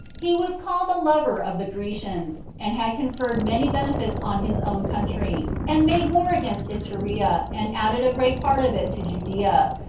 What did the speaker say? he was called a lover of the grecians and had conferred many benefits on his own country, and made war against iturea, and added a great part of it to judea,